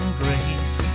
grace